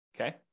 Okay